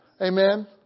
Amen